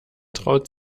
traut